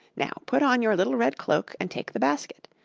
now put on your little red cloak and take the basket.